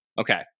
Okay